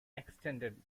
extended